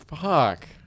Fuck